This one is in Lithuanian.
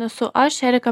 esu aš erika